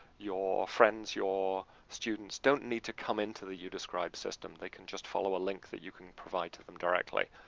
your friends, your students don't need to come into the youdescribe system. they can just follow a link that you can provide to them directly.